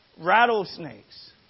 rattlesnakes